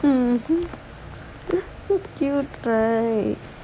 mmhmm so cute right